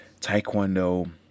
taekwondo